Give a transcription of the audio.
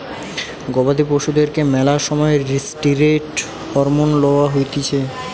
গবাদি পশুদেরকে ম্যালা সময় ষ্টিরৈড হরমোন লওয়া হতিছে